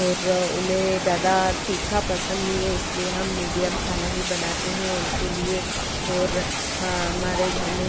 और उन्हें ज़्यादा तीखा पसंद नहीं है इसलिए हम मीडियम खाना ही बनाते हैं उनके लिए और हाँ हमारे घर में